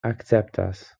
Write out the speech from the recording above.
akceptas